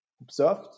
observed